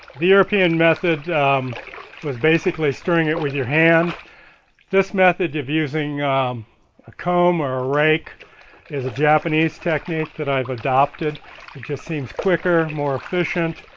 the european method was basically stirring it with your hands' this method of using a comb or a rake is a japanese technique that i've adopted it just seems quicker, more efficient,